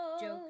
joke